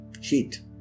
sheet